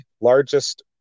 largest